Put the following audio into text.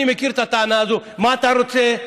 אני מכיר את הטענה הזו: מה אתה רוצה,